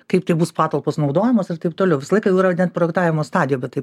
kaip tai bus patalpos naudojamos ir taip toliau visą laiką jau yra net projektavimo stadijoj apie tai